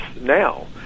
now